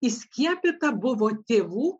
įskiepyta buvo tėvų